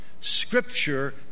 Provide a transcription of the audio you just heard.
Scripture